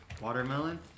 watermelon